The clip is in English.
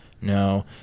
No